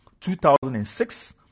2006